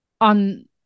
on